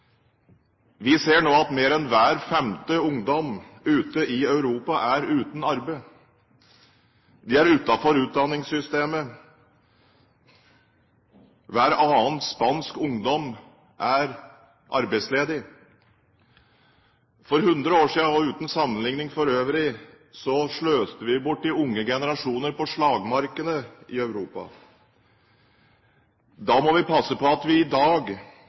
Vi ser nå at mer enn hver femte ungdom ute i Europa er uten arbeid. De er utenfor utdanningssystemet. Hver annen spansk ungdom er arbeidsledig. For 100 år siden – uten sammenligning for øvrig – sløste vi bort de unge generasjoner på slagmarkene i Europa. Vi må passe på at vi i dag